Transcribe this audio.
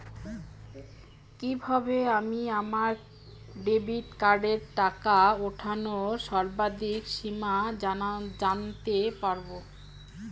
কিভাবে আমি আমার ডেবিট কার্ডের টাকা ওঠানোর সর্বাধিক সীমা জানতে পারব?